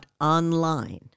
online